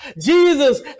Jesus